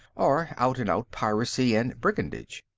or out-and-out piracy and brigandage.